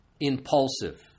Impulsive